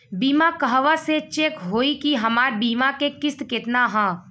बीमा कहवा से चेक होयी की हमार बीमा के किस्त केतना ह?